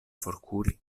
forkuri